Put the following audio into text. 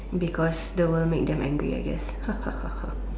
because the world make them angry I guess ha ha ha